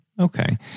okay